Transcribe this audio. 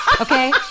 Okay